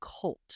cult